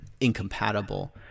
incompatible